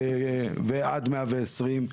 ועד 120,